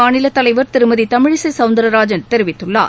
மாநிலத் தலைவர் திருமதி தமிழிசை சௌந்தரராஜன் தெரிவித்துள்ளார்